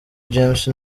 james